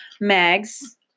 Mags